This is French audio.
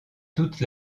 toute